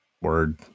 word